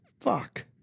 Fuck